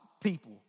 people